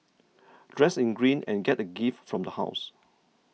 dress in green and get a gift from the house